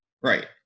Right